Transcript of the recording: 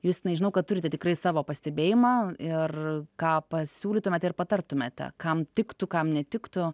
justinai žinau kad turite tikrai savo pastebėjimą ir ką pasiūlytumėt ir patartumėte kam tiktų kam netiktų